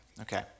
Okay